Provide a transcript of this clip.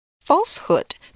Falsehood